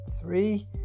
three